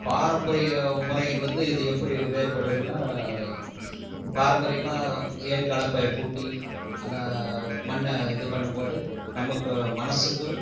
பாரம்பரிய முறையிலேருந்து இது எப்படி வேறுபடுதுன்னால் பாரம்பரியமாக ஏர் கலப்பையை பூட்டி அந்த மண்ணை இது பண்ணும் போது நமக்கு மனதுக்கு